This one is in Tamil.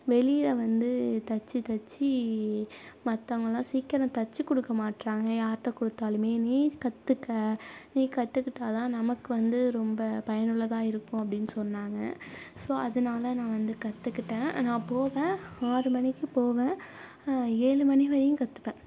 வெளியில் வந்து தச்சு தச்சு மற்றவங்கள்லாம் சீக்கிரம் தச்சுக்குடுக்க மாட்டுறாங்க யார்கிட்ட கொடுத்தாலுமே நீ கற்றுக்க நீ கற்றுக்கிட்டாதா நமக்கு வந்து ரொம்ப பயனுள்ளதாக இருக்கும் அப்படினு சொன்னாங்க ஸோ அதனால் நான் வந்து கற்றுக்கிட்டேன் நான் போவேன் ஆறு மணிக்கு போவேன் ஏழு மணி வரையும் கற்றுப்பேன்